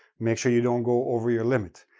make sure you don't go over your limit.